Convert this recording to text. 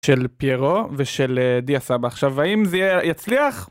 של פיירו ושל דיה סבח עכשיו האם זה יצליח